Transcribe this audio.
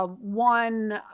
One